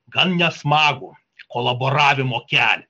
gan nesmagų kolaboravimo kelią